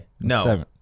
No